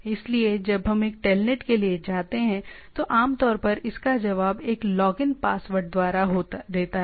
इसलिए जब हम एक टेलनेट के लिए जाते हैं तो आमतौर पर इसका जवाब एक लॉगिन पासवर्ड द्वारा देता है